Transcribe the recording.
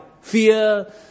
fear